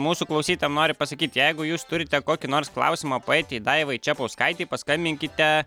mūsų klausytojam noriu pasakyt jeigu jūs turite kokį nors klausimą poetei daivai čepauskaitei paskambinkite